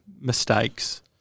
mistakes